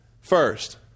first